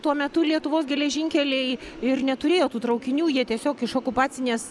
tuo metu lietuvos geležinkeliai ir neturėjo tų traukinių jie tiesiog iš okupacinės